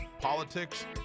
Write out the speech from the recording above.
politics